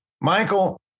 Michael